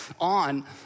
on